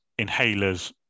inhalers